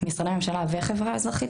משרדי ממשלה וחברה אזרחית,